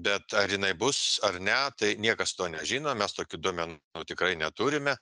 bet ar jinai bus ar ne tai niekas to nežino mes tokių duomen nų tikrai neturime